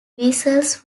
vessels